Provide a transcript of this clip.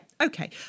okay